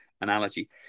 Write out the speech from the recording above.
analogy